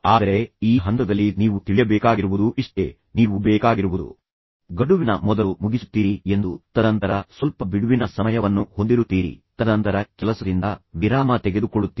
ಆದರೆ ಈ ಹಂತದಲ್ಲಿ ನೀವು ತಿಳಿಯಬೇಕಾಗಿರುವುದು ಇಷ್ಟೇ ನೀವು ಬೇಕಾಗಿರುವುದು ಗಡುವಿನ ಮೊದಲು ಮುಗಿಸುತ್ತೀರಿ ಎಂದು ತದನಂತರ ಸ್ವಲ್ಪ ಬಿಡುವಿನ ಸಮಯವನ್ನು ಹೊಂದಿರುತ್ತೀರಿ ತದನಂತರ ಕೆಲಸದಿಂದ ವಿರಾಮ ತೆಗೆದುಕೊಳ್ಳುತ್ತೀರಿ